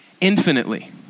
infinitely